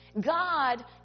God